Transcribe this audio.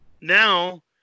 now